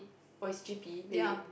oh it's G_P really